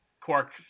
Quark